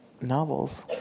novels